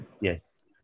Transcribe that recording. Yes